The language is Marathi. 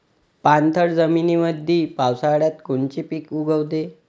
पाणथळ जमीनीमंदी पावसाळ्यात कोनचे पिक उगवते?